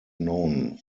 known